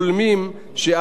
בעקבות זאת,